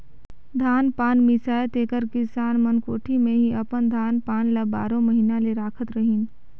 धान पान मिसाए तेकर किसान मन कोठी मे ही अपन धान पान ल बारो महिना ले राखत रहिन